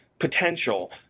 potential